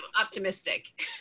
optimistic